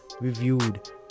reviewed